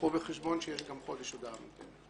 קחו בחשבון שיש גם חודש הודעה מוקדמת.